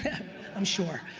i'm sure.